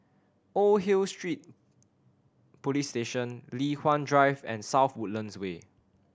Old Hill Street Police Station Li Hwan Drive and South Woodlands Way